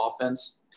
offense